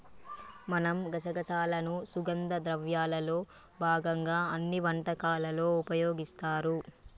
మనం గసగసాలను సుగంధ ద్రవ్యాల్లో భాగంగా అన్ని వంటకాలలో ఉపయోగిస్తారు